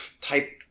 type